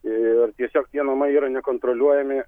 ir tiesiog tie namai yra nekontroliuojami